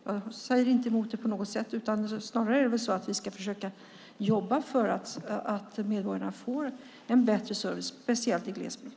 Jag säger inte emot det på något sätt. Snarare ska vi väl försöka att jobba för att medborgarna ska få en bättre service, speciellt i glesbygd.